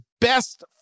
best